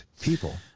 people